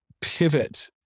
pivot